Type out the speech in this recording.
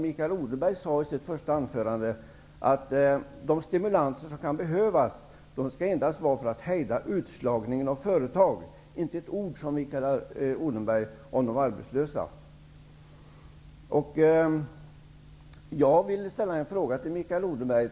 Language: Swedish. Mikael Odenberg sade i sitt första anförande att de stimulanser som kan behövas endast skall användas för att hejda utslagningen av företag. Inte ett ord sade Mikael Jag vill ställa en fråga till Mikael Odenberg.